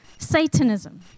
Satanism